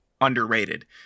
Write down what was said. underrated